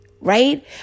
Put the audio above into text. right